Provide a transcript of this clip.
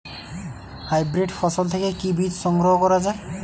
Hybrid ফসল থেকে কি বীজ সংগ্রহ করা য়ায়?